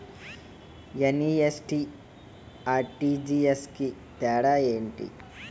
NEFT, RTGS కు తేడా ఏంటి?